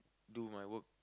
do my work